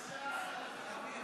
יפה.